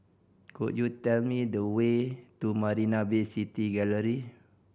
could you tell me the way to Marina Bay City Gallery